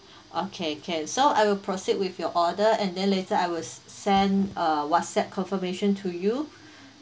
okay can so I will proceed with your order and then later I will send uh whatsapp confirmation to you